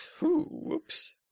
Whoops